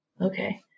okay